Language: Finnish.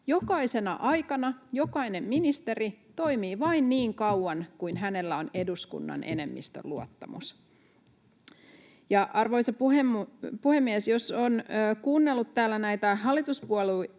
Jokaisena aikana jokainen ministeri toimii vain niin kauan kuin hänellä on eduskunnan enemmistön luottamus. Arvoisa puhemies! Jos on kuunnellut täällä näitä hallituspuolueiden